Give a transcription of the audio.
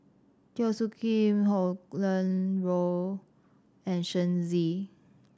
Teo Soon Kim Roland Goh and Shen Xi